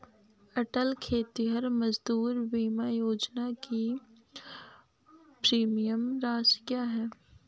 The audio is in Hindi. अटल खेतिहर मजदूर बीमा योजना की प्रीमियम राशि क्या है?